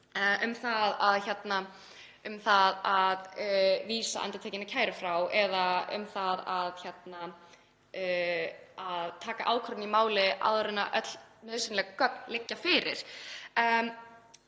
um það að vísa endurtekinni kæru frá eða um það að taka ákvörðun í máli áður en öll nauðsynleg gögn liggja fyrir.